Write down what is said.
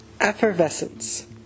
effervescence